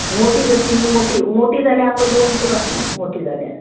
मोटी कशीं मोटी मोटी जाल्यार आमकां दोन पुरो आसलीं मोटी जाल्यार